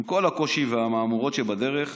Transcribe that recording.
עם כל הקושי והמהמורות שבדרך,